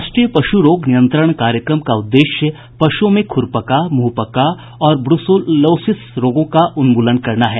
राष्ट्रीय पशु रोग नियंत्रण कार्यक्रम का उद्देश्य पशुओं में खुरपका मुंहपका और ब्रसीलोसिस रोगों का उन्मूलन करना है